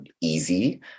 easy